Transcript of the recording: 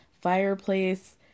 fireplace